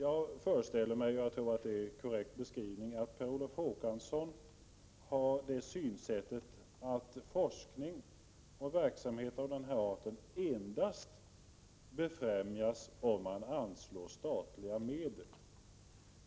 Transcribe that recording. Jag föreställer mig — och jag tror att det är en korrekt beskrivning — att Per Olof Håkansson anser att forskning och verksamhet av den här arten endast befrämjas genom anslag av statliga medel.